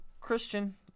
Christian